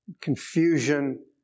confusion